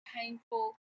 painful